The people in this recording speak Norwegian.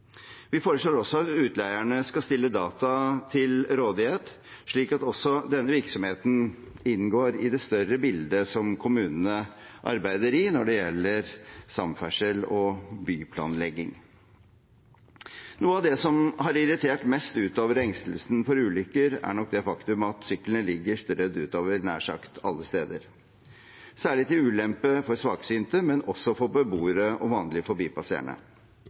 Vi foreslår også at utleierne skal stille data til rådighet, slik at også denne virksomheten inngår i det større bildet kommunene arbeider i når det gjelder samferdsel og byplanlegging. Noe av det som har irritert mest, utover engstelsen for ulykker, er nok det faktum at syklene ligger strødd utover – nær sagt alle steder – særlig til ulempe for svaksynte, men også for beboere og vanlige forbipasserende.